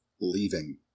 Leaving